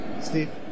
Steve